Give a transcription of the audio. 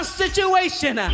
situation